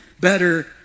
better